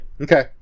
Okay